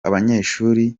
abanyeshuri